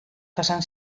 jasan